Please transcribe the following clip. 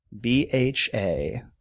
B-H-A